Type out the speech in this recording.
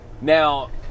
Now